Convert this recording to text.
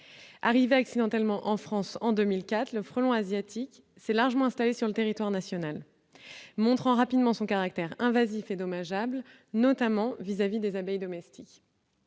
Arrivé accidentellement en France en 2004, il s'est largement installé sur le territoire national et a rapidement montré son caractère invasif et dommageable, notamment vis-à-vis des abeilles domestiques.